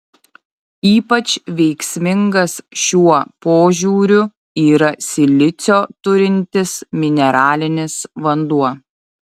ypač veiksmingas šiuo požiūriu yra silicio turintis mineralinis vanduo